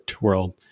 world